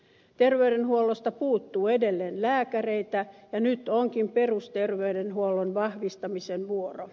terveydenhuollosta puuttuu edelleen lääkäreitä ja nyt onkin perusterveydenhuollon vahvistamisen vuoro